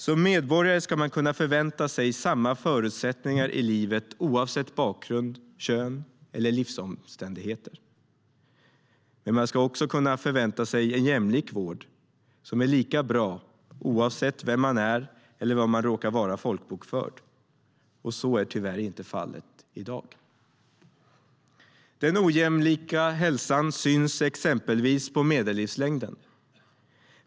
Som medborgare ska man kunna förvänta sig samma förutsättningar i livet oavsett bakgrund, kön eller livsomständigheter. Man ska också kunna förvänta sig en jämlik vård som är lika bra, oavsett vem man är eller var man råkar vara folkbokförd. Så är tyvärr inte alltid fallet i dag. Den ojämlika hälsan syns exempelvis på medellivslängden.